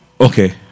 okay